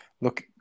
Look